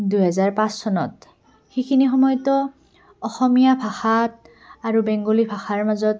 দুহেজাৰ পাঁচ চনত সেইখিনি সময়তো অসমীয়া ভাষা আৰু বেংগলী ভাষাৰ মাজত